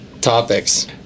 topics